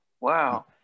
Wow